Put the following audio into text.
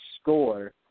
score